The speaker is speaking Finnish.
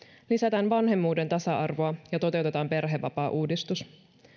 lisätään vanhemmuuden tasa arvoa ja toteutetaan perhevapaauudistus